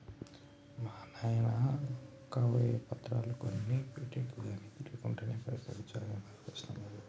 మా నాయిన గవేవో పత్రాలు కొనిపెట్టెవటికె గని లేకుంటెనా పైసకు చానా కష్టమయ్యేది